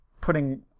putting